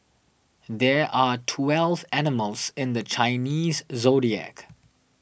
there are twelve animals in the Chinese zodiac